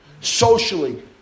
socially